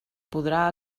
podrà